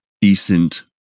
decent